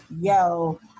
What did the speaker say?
yo